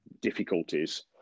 difficulties